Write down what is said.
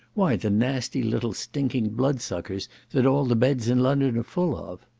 why the nasty little stinking blood-suckers that all the beds in london are full of.